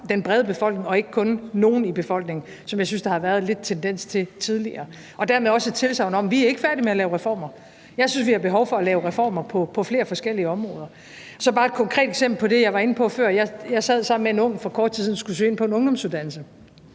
den brede befolkning og ikke kun nogle i befolkningen, hvilket jeg synes der har været lidt tendens til tidligere. Dermed er det også et tilsagn om, at vi ikke er færdige med at lave reformer. Jeg synes, at vi har behov for at lave reformer på flere forskellige områder. Så her er bare et konkret eksempel på det, jeg var inde på før. Jeg sad for kort tid siden sammen med en ung, der skulle søge ind på en ungdomsuddannelse.